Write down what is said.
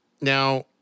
now